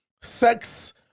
sex